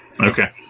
Okay